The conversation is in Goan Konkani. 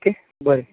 ओके बरें